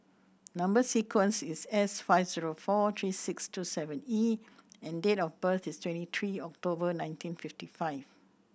number sequence is S five zero four three six two seven E and date of birth is twenty three October nineteen fifty five